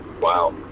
Wow